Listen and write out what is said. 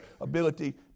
ability